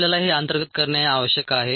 आपल्याला हे अंतर्गत करणे आवश्यक आहे